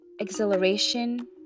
exhilaration